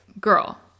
girl